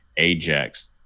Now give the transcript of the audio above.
Ajax